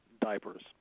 diapers